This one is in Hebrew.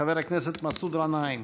חבר הכנסת מסעוד גנאים.